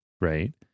right